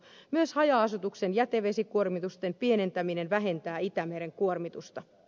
myös haja asutuksen jätevesikuormitusten pienentäminen vähentää itämeren kuormitusta